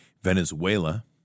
Venezuela